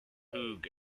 command